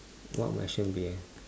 what my action be